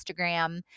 Instagram